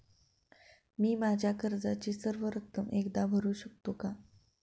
मी माझ्या कर्जाची सर्व रक्कम एकदा भरू शकतो का?